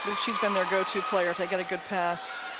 she's been their go-to player if they get a good pass